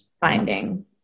finding